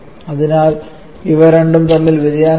അതിനാൽ ഇവ രണ്ടും തമ്മിൽ ഒരു വ്യതിയാനമുണ്ട്